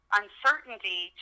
uncertainty